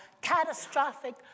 catastrophic